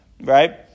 right